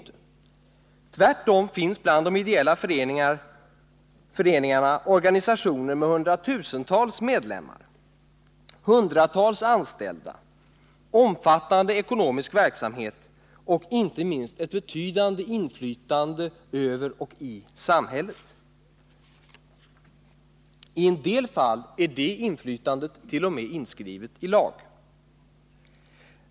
Tvärtom finns bland de ideella föreningarna organisationer med hundratusentals medlemmar, hundratals anställda, omfattande ekonomisk verksamhet och inte minst ett betydande inflytande över och i samhället. I vissa fall är detta inflytande t.o.m. inskrivet i lag.